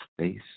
space